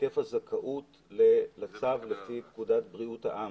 היקף הזכאות לשר לפי פקודת בריאות העם,